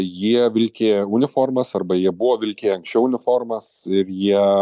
jie vilkėjo uniformas arba jie buvo vilkėję anksčiau uniformas ir jie